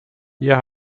hier